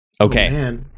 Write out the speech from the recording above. Okay